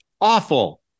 awful